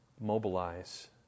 mobilize